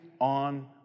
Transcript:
on